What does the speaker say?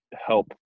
help